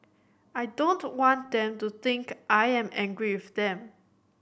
I don't want them to think I am angry with them